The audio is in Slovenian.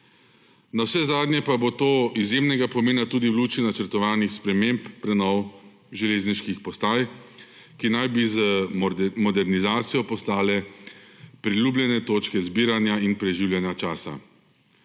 Navsezadnje pa bo to izjemnega pomena tudi v luči načrtovanih sprememb prenov železniških postaj, ki naj bi z modernizacijo postale priljubljene točke zbiranja in preživljanja časa.